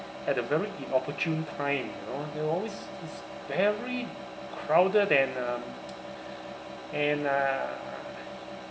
at a very inopportune time you know there were always this very crowded and um and uh